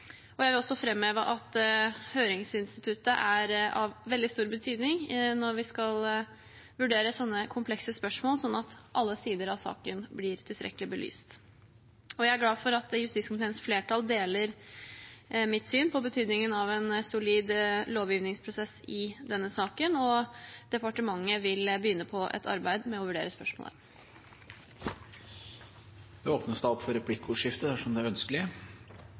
Jeg vil også framheve at høringsinstituttet er av veldig stor betydning når vi skal vurdere sånne komplekse spørsmål, sånn at alle sider av saken blir tilstrekkelig belyst. Jeg er glad for at justiskomiteens flertall deler mitt syn på betydningen av en solid lovgivningsprosess i denne saken. Departementet vil begynne på et arbeid med å vurdere spørsmålet. Jeg vil egentlig bare klargjøre at Fremskrittspartiet i forbindelse med voteringen i saken subsidiært kommer til å støtte forslaget fra Høyre. Det er